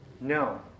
No